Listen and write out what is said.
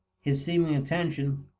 his seeming attention,